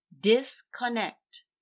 Disconnect